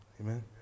Amen